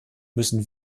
müssen